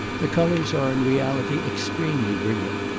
the colours are in reality extremely brilliant,